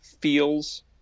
feels